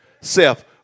self